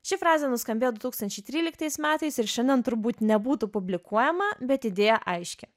ši frazė nuskambėjo du tūkstančiai tryliktais metais ir šiandien turbūt nebūtų publikuojama bet idėja aiški